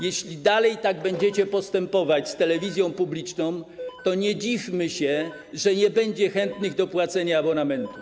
Jeśli dalej tak będziecie postępować z telewizją publiczną, to nie dziwmy się, że nie będzie chętnych do płacenia abonamentu.